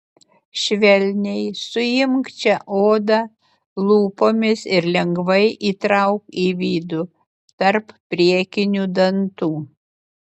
švelniai suimk čia odą lūpomis ir lengvai įtrauk į vidų tarp priekinių dantų